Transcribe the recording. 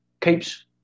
keeps